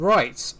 Right